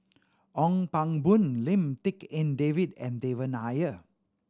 Ong Pang Boon Lim Tik En David and Devan Nair